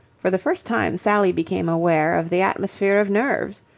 for the first time sally became aware of the atmosphere of nerves.